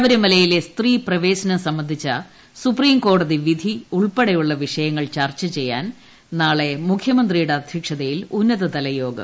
ശബരിമലയിലെ സ്ത്രീ പ്രഖ്യേശ്നം സംബന്ധിച്ച ന് സുപ്രീംകോടതി വിധി ഉൾപ്പട്ടെയുള്ള വിഷയങ്ങൾ ചർച്ചചെയ്യാൻ നാളെ മുഖ്യമിന്തിയുടെ അധ്യക്ഷതയിൽ ഉന്നതതല യോഗം